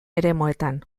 eremuetan